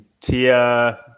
Tia